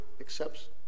accepts